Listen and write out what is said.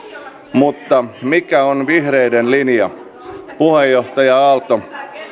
mutta mikä on vihreiden linja puheenjohtaja aalto